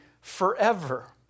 Forever